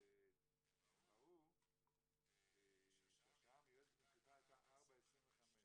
הם ראו שהשעה המיועדת לנחיתה הייתה 04:25,